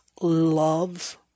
loves